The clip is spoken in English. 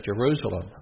Jerusalem